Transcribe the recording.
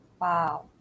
wow